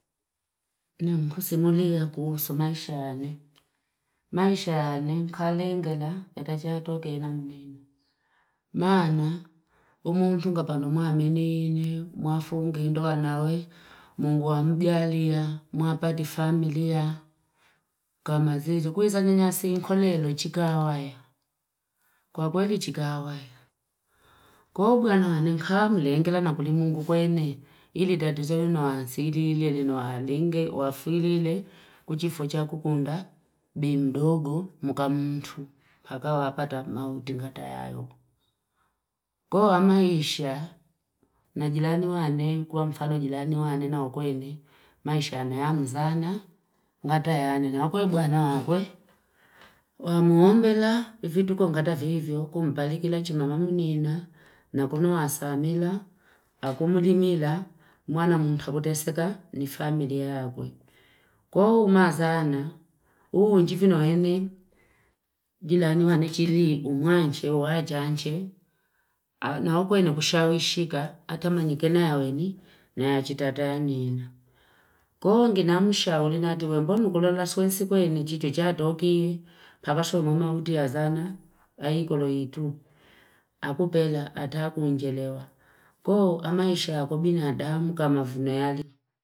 Ni mkusi muli ya kuhusu maisha ane. Maisha ane, kaa lengela, ya tajadoke ina mnina. Maana, umu mtunga pa numa amenine, mwafungi ndo anawe, mungu wambialia, mwapadi familia. Kwa maziru, kuhiza ninyasii nkolelo itikawaya. Kwa kweli itikawaya. Kwa ugu anahane khaa mlengela na kulimungu kwenye ili datuzo ino wansiri, ili ino walinge, wafili ili kuchifocha kukunda bimdogo mka mtu paka wapata mauti ngata yayo. Kwa maisha, na jilani wane, kwa mfalo jilani wane na ukwene, maisha anayamu zana, ngata yane, na ukwene kwa anawe, ukwene. Wa muhombela, ifitu kwa mkata fihivyo, kumbalikila chumama mnina, na kuno wasamila, akumulimila, mwana mtabuteseka ni familia kwe. Kwa uma zana, uu njifino hende, jilani wane chili, umwanche, uwajanche, na ukwene bushawe shika, atama njikena yaweni, na ajitata yane yena. Kwa unginamusha, ulinaduwe, mbomu kulola swensi kwenye njitujadoki, pabaswa mboma utia zana, waikolo itu, akupela, atakuunjelewa. Koo, amaisha yako, mina hatahamu kama funayali.